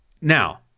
Now